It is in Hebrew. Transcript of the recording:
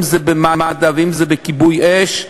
אם במד"א ואם בכיבוי אש,